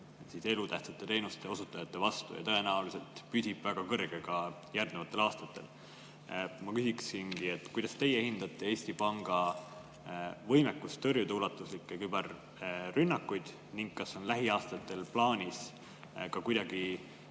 Eesti elutähtsate teenuste osutajate vastu ja tõenäoliselt püsib see väga suur ka järgnevatel aastatel. Ma küsiksingi: kuidas teie hindate Eesti Panga võimekust tõrjuda ulatuslikke küberrünnakuid ning kas on lähiaastatel plaanis ka kuidagi